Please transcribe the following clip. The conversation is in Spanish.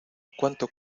cuánto